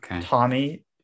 Tommy